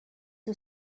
who